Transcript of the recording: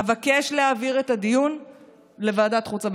אבקש להעביר את הדיון לוועדת החוץ והביטחון.